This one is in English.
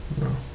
No